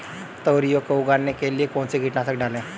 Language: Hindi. तोरियां को उगाने के लिये कौन सी कीटनाशक डालें?